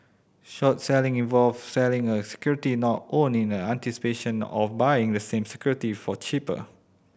short selling involves selling a security not owned in a anticipation of buying the same security for cheaper